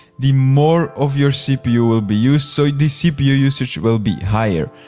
the more of your cpu will be used so the cpu usage will be higher.